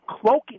cloaking